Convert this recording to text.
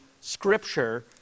scripture